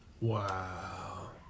wow